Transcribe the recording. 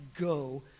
go